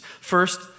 First